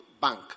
Bank